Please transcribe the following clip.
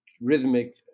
rhythmic